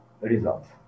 results